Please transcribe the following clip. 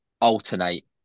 alternate